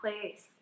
place